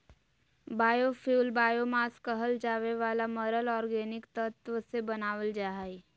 biofuel biomass कहल जावे वाला मरल ऑर्गेनिक तत्व से बनावल जा हइ